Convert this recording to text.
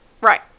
Right